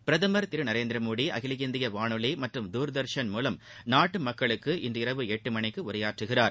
பிரதமர் திரு நரேந்திர மோடி அகில இந்திய வானொலி மற்றும் தூர்தாஷன் மூலம் நாட்டு மக்களுக்கு இன்று இரவு எட்டு மணிக்கு உரையாற்றுகிறார்